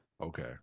Okay